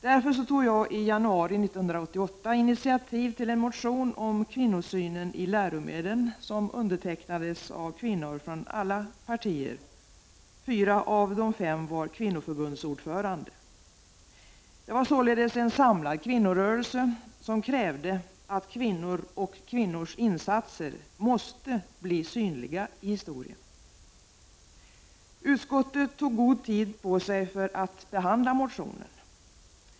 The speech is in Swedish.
Därför tog jag i januari 1988 initiativ till en motion om kvinnosynen i läromedel som undertecknades av kvinnor från alla partier. Fyra av de fem var kvinnoförbundsordförande. Det var således en samlad kvinnorörelse som krävde att kvinnor och kvinnors insatser måste bli synliga i historien. Utskottet tog god tid på sig för att behandla motionen.